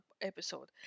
episode